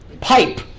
pipe